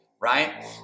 right